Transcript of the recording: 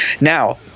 now